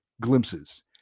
glimpses